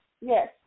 Yes